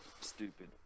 stupid